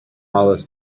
always